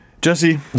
Jesse